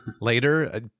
later